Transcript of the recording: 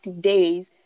days